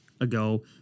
ago